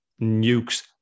nukes